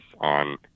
on